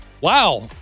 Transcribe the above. Wow